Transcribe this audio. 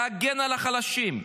להגן על החלשים.